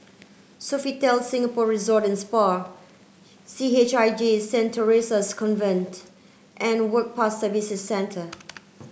Sofitel Singapore Resort and Spa C H I J Saint Theresa's Convent and Work Pass Services Centre